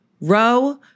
row